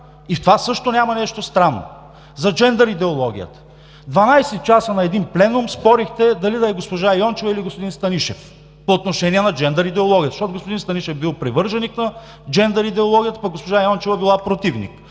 И в това също няма нищо странно. За джендър идеологията. На един пленум дванадесет часа спорихте дали да е госпожа Йончева, или господин Станишев по отношение на джендър идеологията, защото господин Станишев бил привърженик на джендър идеологията, а пък госпожа Йончева била противник.